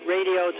Radio